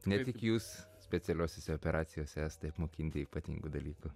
ne tik jūs specialiosiose operacijose esate apmokinti ypatingų dalykų